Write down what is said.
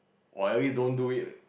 !wah! at least don't do it